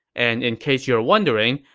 and in case you're wondering,